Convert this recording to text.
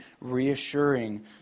reassuring